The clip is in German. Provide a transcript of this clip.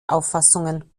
auffassungen